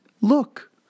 look